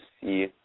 see